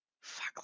Fuck